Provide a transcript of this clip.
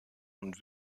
und